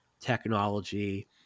technology